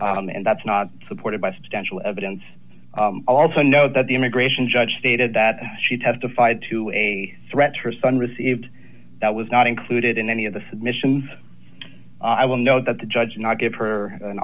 and that's not supported by substantial evidence also know that the immigration judge stated that she testified to a threat to her son received that was not included in any of the submissions i will know that the judge not give her an